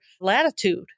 latitude